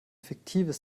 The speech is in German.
fiktives